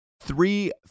three